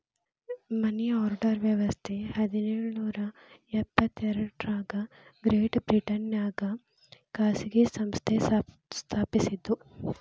ಮನಿ order ವ್ಯವಸ್ಥ ಹದಿನೇಳು ನೂರ ಎಪ್ಪತ್ ಎರಡರಾಗ ಗ್ರೇಟ್ ಬ್ರಿಟನ್ನ್ಯಾಗ ಖಾಸಗಿ ಸಂಸ್ಥೆ ಸ್ಥಾಪಸಿದ್ದು